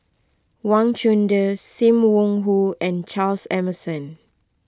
Wang Chunde Sim Wong Hoo and Charles Emmerson